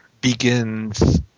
begins